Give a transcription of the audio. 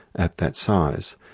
at that size.